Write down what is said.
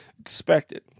expected